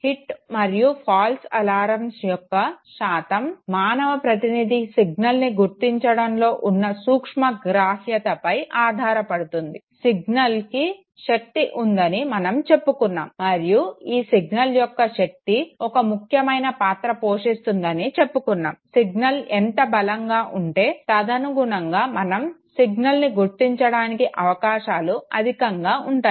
hit మరియు false alarms యొక్క శాతం మానవ ప్రతినిది సిగ్నల్ని గుర్తించడంలో ఉన్న సూక్ష్మగ్రాహ్యతపై ఆధారపడుతుంది సిగ్నల్కి శక్తి ఉందని మనం చెప్పుకున్నాము మరియు ఈ సిగ్నల్ యొక్క శక్తి ఒక ముఖ్యమైన పాత్ర పోషిస్తుందని చెప్పుకున్నాము సిగ్నల్ ఎంత బలంగా ఉంటే తదనుగుణంగా మనం సిగ్నల్ని గుర్తించడానికి అవకాశాలు అధికంగా ఉంటాయి